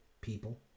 people